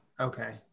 okay